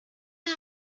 his